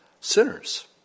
Sinners